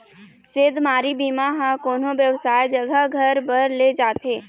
सेधमारी बीमा ह कोनो बेवसाय जघा घर बर ले जाथे